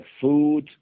food